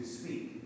speak